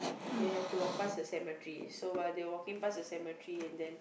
they have to walk past the cemetery so while they walking past the cemetery and then